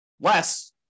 Less